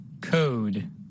Code